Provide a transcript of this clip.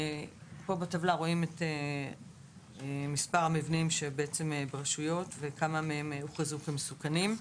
בטבלה רואים את מספר המבנים ברשויות וכמה מהם הוכרזו כמסוכנים.